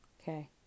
Okay